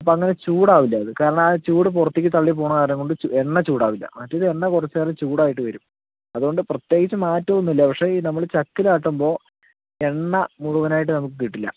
അപ്പോൾ അങ്ങനെ ചൂടാവില്ല അതു കാരണം ആ ചൂട് പുറത്തേക്ക് തള്ളിപ്പോകണ കാരണംകൊണ്ട് എണ്ണ ചൂടാവില്ല അതിൽ എണ്ണ കുറച്ചുനേരം ചൂടായിട്ട് വരും അതുകൊണ്ട് പ്രത്യേകിച്ച് മാറ്റം ഒന്നും ഇല്ല പക്ഷെ ഈ നമ്മൾ ചക്കിലാട്ടുമ്പോൾ എണ്ണ മുഴുവനായിട്ട് നമുക്ക് കിട്ടില്ല